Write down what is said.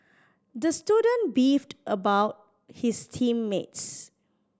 the student beefed about his team mates